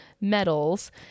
medals